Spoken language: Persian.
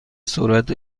سرعت